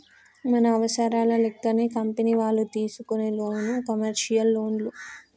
మన అవసరాల లెక్కనే కంపెనీ వాళ్ళు తీసుకునే లోను కమర్షియల్ లోన్లు